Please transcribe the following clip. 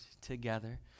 together